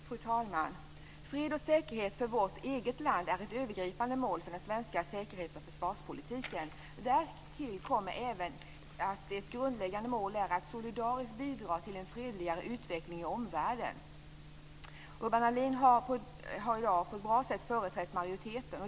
Fru talman! Fred och säkerhet för vårt eget land är ett övergripande mål för den svenska säkerhetsoch försvarspolitiken. Därtill kommer även som ett grundläggande mål att solidariskt bidra till en fredligare utveckling i omvärlden. Urban Ahlin har i dag på ett bra sätt företrätt majoriteten.